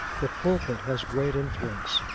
the pulpit has great influence.